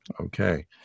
Okay